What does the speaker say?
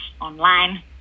online